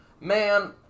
man